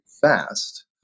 fast